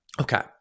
Okay